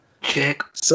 Check